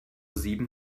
sieben